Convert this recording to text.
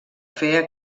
fer